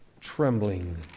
Trembling